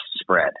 spread